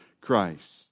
Christ